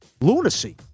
Lunacy